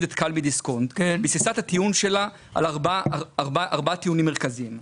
את כאל מדיסקונט ביססה את הטיעון שלה על ארבעה טיעונים מרכזיים.